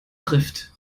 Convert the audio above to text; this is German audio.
trifft